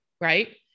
Right